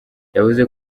yavuze